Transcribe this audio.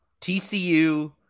TCU